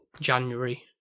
January